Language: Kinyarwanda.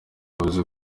yavuze